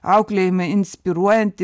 auklėjime inspiruojantį